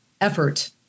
effort